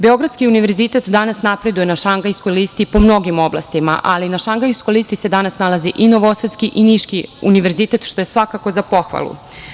Beogradski univerzitet danas napreduje na Šangajskoj listi po mnogim oblastima, ali na Šangajskoj listi se danas nalazi i Novosadski i Niški univerzitet, što je svakako za pohvalu.